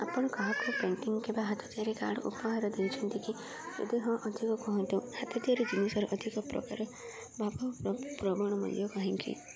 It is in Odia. ଆପଣ କାହାକୁ ପେଣ୍ଟିଂ କିମ୍ବା ହାତ ତିଆରି କାର୍ଡ଼ ଉପହାର ଦେଇଛନ୍ତି କି ଯଦି ହଁ ଅଧିକ କୁହନ୍ତୁ ହାତ ତିଆରି ଜିନିଷର ଅଧିକ ପ୍ରକାର ଭାବ ପ୍ରବଣ ମୂଲ୍ୟ କାହିଁକି